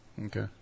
Okay